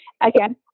again